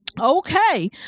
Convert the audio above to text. Okay